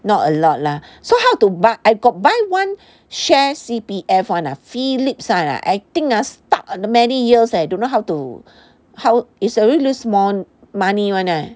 not a lot lah so how to buy I got buy one share C_P_F one ah Phillip's one ah I think ah stuck many years eh don't know how to how is already lose more money [one] eh